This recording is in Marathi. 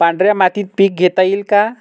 पांढऱ्या मातीत पीक घेता येईल का?